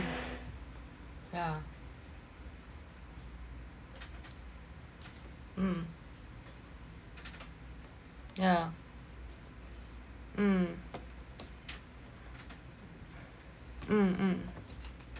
yeah mm yeah mm mm mm